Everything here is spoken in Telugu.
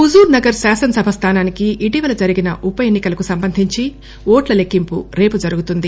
హుజుర్ నగర్ శాసనసభ స్లానానికి ఇటీవల జరిగిన ఉప ఎన్ని కలకు సంబంధించి ఓట్ల లెక్కింపు రేపు జరుగుతుంది